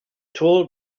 told